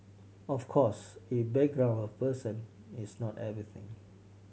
of course a background of a person is not everything